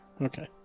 okay